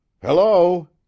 Hello